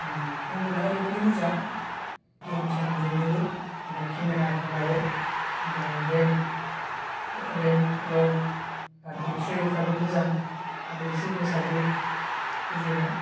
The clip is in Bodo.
मबाइलआ ओरैबायदि मोजां गेम सेम गेलेनोबो बा केमेरा खेबबाबो ओमफ्राय रेम रेम रम आर बेटेरिफ्राबो मोजां आरो थ्रि इमेजाबो बुरजायानो